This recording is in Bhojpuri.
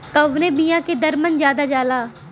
कवने बिया के दर मन ज्यादा जाला?